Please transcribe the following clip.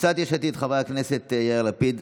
קבוצת סיעת יש עתיד: חבר הכנסת יאיר לפיד,